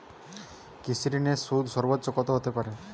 কৃষিঋণের সুদ সর্বোচ্চ কত হতে পারে?